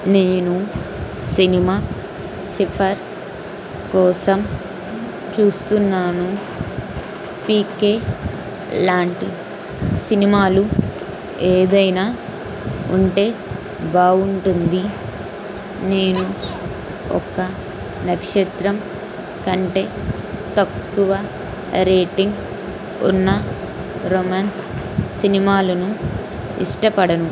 నేను సినిమా సిఫర్సు కోసం చూస్తున్నాను పీ కే లాంటి సినిమాలు ఏదైనా ఉంటే బాగుంటుంది నేను నేను ఒక నక్షత్రం కంటే తక్కువ రేటింగ్ ఉన్న రొమాన్స్ సినిమాలను ఇష్టపడను